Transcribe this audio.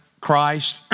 Christ